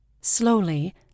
Slowly